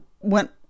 went